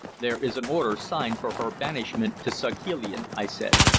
there is an order signed for her banishment to saghalein, i said.